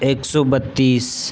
एक सौ बत्तीस